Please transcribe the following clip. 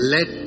Let